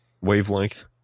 wavelength